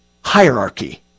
hierarchy